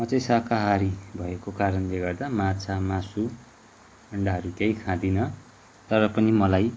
म चाहिँ शाकाहारी भएको कारणले गर्दा माछा मासु आन्डाहरू केही खाँदिनँ तर पनि मलाई